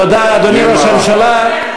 תודה, אדוני ראש הממשלה.